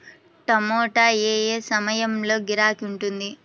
టమాటా ఏ ఏ సమయంలో గిరాకీ ఉంటుంది?